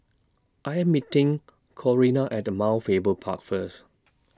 I Am meeting Corina At Mount Faber Park First